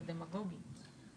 זה דמגוגי.